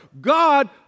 God